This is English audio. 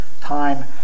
time